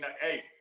hey